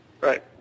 Right